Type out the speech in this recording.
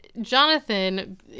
Jonathan